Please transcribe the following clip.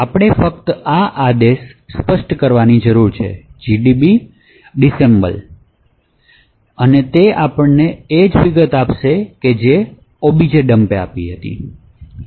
આપણે ફક્ત આ આદેશ સ્પષ્ટ કરવાની જરૂર છે gdb disassemble અને તે આપણને તે જ વિગતો આપે છે